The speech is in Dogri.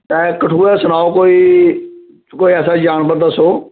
कठुआ सनाओ कोई इत्थें जानवर दस्सो